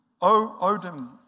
Odin